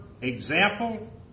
Example